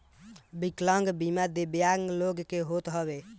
विकलांग बीमा दिव्यांग लोग के होत हवे